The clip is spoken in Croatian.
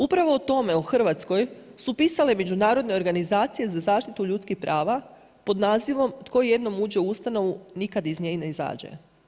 Upravo o tome u Hrvatskoj su pisale međunarodne organizacije za zaštitu ljudskih prava, pod nazivom, tko jednom uđe u ustanovu, nikada iz nje ne izađe.